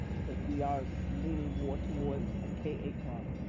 cause we are leaning more towards a k eight model.